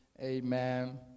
amen